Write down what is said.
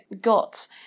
got